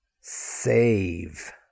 Save